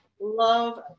love